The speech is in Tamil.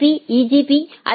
B EPGP I